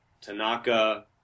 Tanaka